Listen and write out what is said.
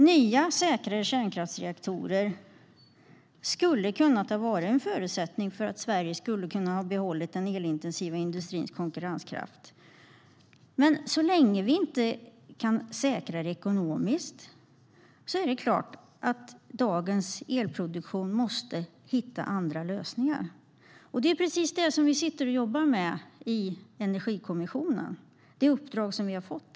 Nya och säkrare kärnkraftsreaktorer skulle kunna vara en förutsättning för att Sverige hade kunnat behålla den elintensiva industrins konkurrenskraft. Men så länge vi inte kan säkra kärnkraften ekonomiskt är det klart att dagens elproduktion måste hitta andra lösningar. Det är precis det som vi jobbar med i Energikommissionen. Det är det uppdrag som vi har fått.